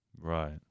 Right